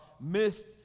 missed